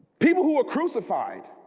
people who are crucified